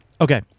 okay